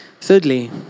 Thirdly